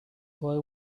boy